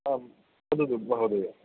आम् वदतु महोदय